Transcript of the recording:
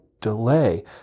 delay